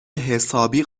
حسابی